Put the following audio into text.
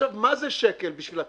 עכשיו מה זה שקל בשביל הצרכן?